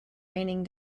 raining